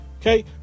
Okay